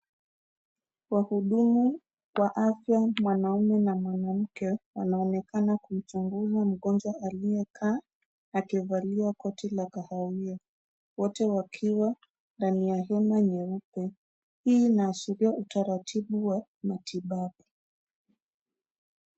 Wahudumu wa afya, mwanamume na mwanamke wanaoenekana kumchunguza mgonjwa aliyekaa akivalia koti la kahawia wote wakiwa ndani ya hema nyeupe. Hii inaashiria utaratibu wa matibabu.